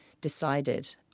decided